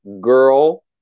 girl